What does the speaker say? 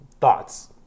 thoughts